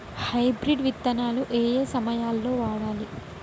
Hybrid విత్తనాలు ఏయే సమయాల్లో వాడాలి?